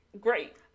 Great